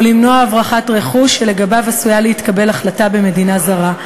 למנוע הברחת רכוש שלגביו עשויה להתקבל החלטה במדינה זרה.